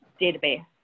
database